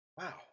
wow